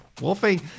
Wolfie